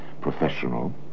professional